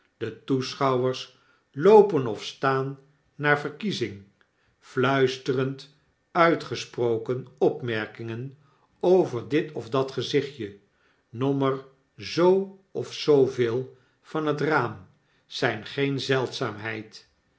de toeschouwers loopen of staan naar verkiezing fluisterend uitgesproken opmerkingen overditof dat gezichtje nommer zoo of zooveel van het raam zyn geen zeldzaamheid